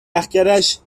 اَخگرش